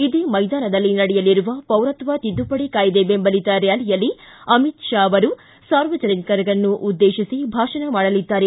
ಇದೇ ಮೈದಾನದಲ್ಲಿ ನಡೆಯಲಿರುವ ಪೌರತ್ವ ತಿದ್ದುಪಡಿ ಕಾಯ್ದೆ ಬೆಂಬಲಿತ ರ್ಕಾಲಿಯಲ್ಲಿ ಅಮಿತ್ ಶಾ ಅವರು ಸಾರ್ವಜನಿಕರನ್ನು ಉದ್ದೇಶಿಸಿ ಭಾಷಣ ಮಾಡಲಿದ್ದಾರೆ